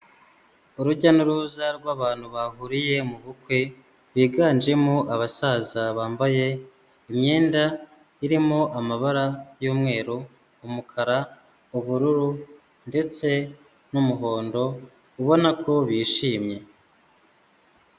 Urujya n'uruza rw'abantu bahuriye mu bukwe, biganjemo abasaza bambaye imyenda irimo amabara y'umweru, umukara, ubururu, ndetse n'umuhondo, ubona ko bishimye.